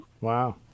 Wow